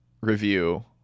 review